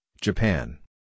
Japan